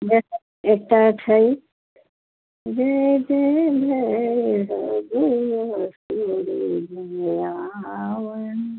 एकटा छै जै जै भैरवि असुर भयाउनि